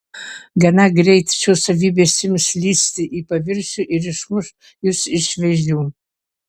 gana greit šios savybės ims lįsti į paviršių ir išmuš jus iš vėžių